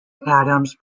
adams